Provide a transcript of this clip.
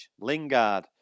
Lingard